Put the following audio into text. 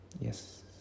yes